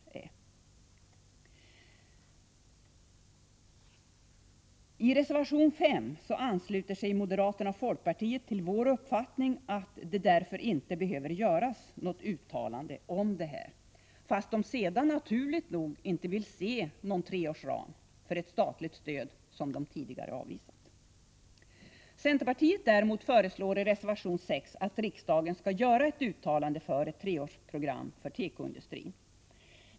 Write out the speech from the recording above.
I reservation 5 ansluter sig moderaterna och folkpartiet till vår uppfattning att det därför inte behöver göras något uttalande om detta — fast de sedan naturligt nog inte vill se någon treårsram för ett statligt stöd som de tidigare avvisat. Centerpartiet föreslår däremot i reservation 6 att riksdagen skall göra ett uttalande för ett treårsprogram för tekoindustrin.